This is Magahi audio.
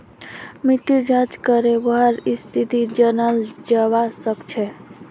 मिट्टीर जाँच करे वहार स्थिति जनाल जवा सक छे